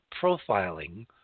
profiling